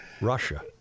Russia